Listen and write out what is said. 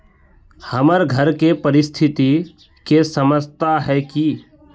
हमर घर के परिस्थिति के समझता है की?